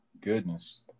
Goodness